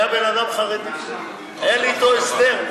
היה בן אדם חרדי, היה לי איתו הסדר: